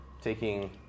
taking